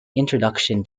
introduction